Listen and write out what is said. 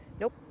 nope